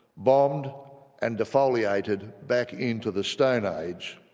bombed and defoliated back into the stone age,